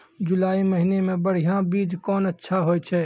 जुलाई महीने मे बढ़िया बीज कौन अच्छा होय छै?